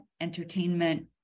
entertainment